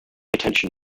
attention